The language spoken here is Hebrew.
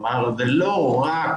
כלומר זה לא רק,